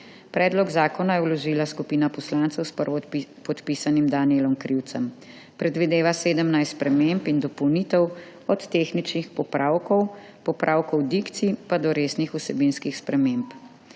Predlog zakona je vložila skupina poslancev s prvopodpisanim Danijelom Krivcem. Predvideva 17 sprememb in dopolnitev, od tehničnih popravkov, popravkov dikcij pa do resnih vsebinskih sprememb.